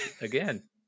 again